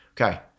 Okay